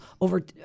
over